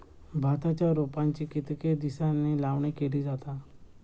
भाताच्या रोपांची कितके दिसांनी लावणी केली जाता?